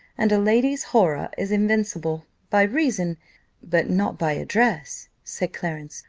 and a lady's horror is invincible, by reason but not by address, said clarence.